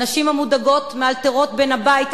הנשים המודאגות מאלתרות בין הבית,